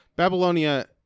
Babylonia